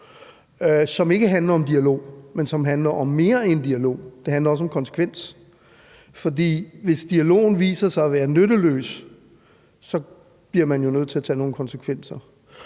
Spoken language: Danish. som ikke handler om dialog, men som handler om mere end dialog; det handler også om konsekvenser. For hvis dialogen viser sig at være nyttesløs, bliver man jo nødt til at tage konsekvenserne.